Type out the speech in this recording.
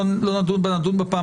לא נדון בה.